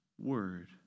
word